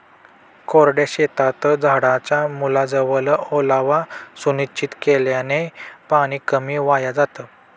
कोरड्या शेतात झाडाच्या मुळाजवळ ओलावा सुनिश्चित केल्याने पाणी कमी वाया जातं